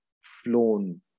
flown